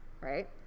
right